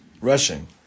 Rushing